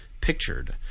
Pictured